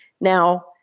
Now